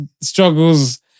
struggles